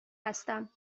هستم